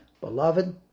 Beloved